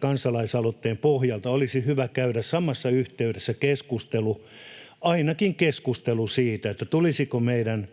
kansalaisaloitteen pohjalta olisi hyvä käydä samassa yhteydessä ainakin keskustelu siitä, tulisiko meidän